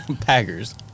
Packers